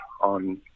on